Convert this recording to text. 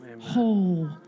whole